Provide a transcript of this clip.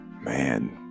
man